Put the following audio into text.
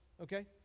Okay